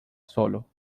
solo